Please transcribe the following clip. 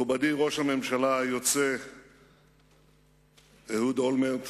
מכובדי ראש הממשלה היוצא אהוד אולמרט,